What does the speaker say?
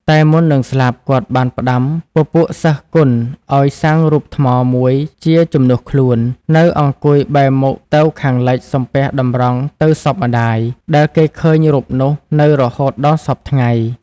តែមុននឹងស្លាប់គាត់បានផ្ដាំពពួកសិស្សគណឲ្យសាងរូបថ្មមួយជាជំនួសខ្លួន នៅអង្គុយបែរមុខទៅខាងលិចសំពះតម្រង់ទៅសពម្ដាយ ដែលគេឃើញរូបនោះនៅរហូតដល់សព្វថ្ងៃ ។